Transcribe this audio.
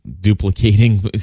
duplicating